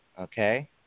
okay